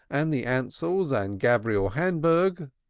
and the ansells and gabriel hamburg,